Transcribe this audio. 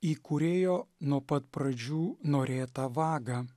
į kūrėjo nuo pat pradžių norėtą vagą